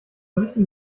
richtigen